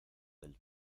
del